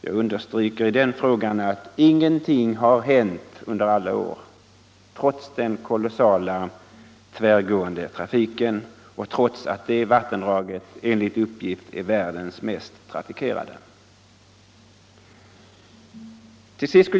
Jag understryker i den frågan att ingenting har hänt under alla år, trots den kolossala tvärgående trafiken och trots att det vattenområdet enligt uppgift är världens mest trafikerade.